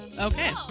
Okay